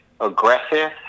aggressive